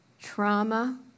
trauma